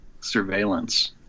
surveillance